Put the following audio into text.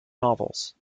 novels